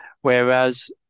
whereas